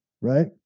right